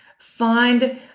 Find